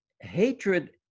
Hatred